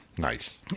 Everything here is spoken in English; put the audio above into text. Nice